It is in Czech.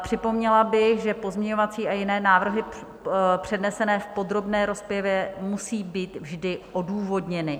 Připomněla bych, že pozměňovací a jiné návrhy přednesené v podrobné rozpravě musí být vždy odůvodněny.